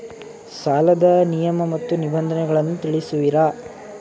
ಸಾಲದ ನಿಯಮ ಮತ್ತು ನಿಬಂಧನೆಗಳನ್ನು ತಿಳಿಸುವಿರಾ?